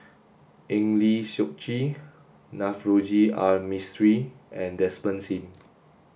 Eng Lee Seok Chee Navroji R Mistri and Desmond Sim